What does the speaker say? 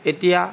এতিয়া